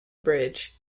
bridge